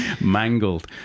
mangled